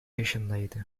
yaşındaydı